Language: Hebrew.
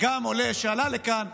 וגם עולה שעלה לכאן,